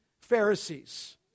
Pharisees